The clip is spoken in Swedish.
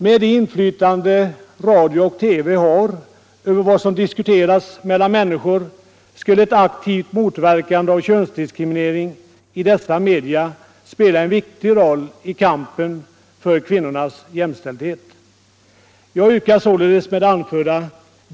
Med det inflytande som radio och TV har över vad som diskuteras mellan människor skulle ett aktivt motverkande av könsdiskriminering i dessa medier spela en viktig roll i kampen för kvinnornas jämställdhet.